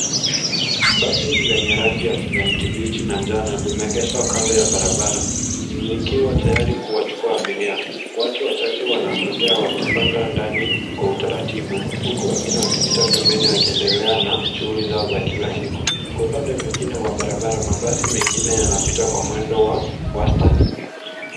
Basi lenye rangi ya kijani kibichi na njano limeegeshwa kando ya barabara, likiwa tayari kuwachukua abiria. Watu wachache wanasogea wakipanda ndani kwa utaratibu, huku wengine wakipita pembeni wakiendelea na shughuli zao za kila siku. Kwa upande mwingine wa barabara, mabasi mengine yanapita kwa mwendo wa wastani.